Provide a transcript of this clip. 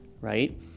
right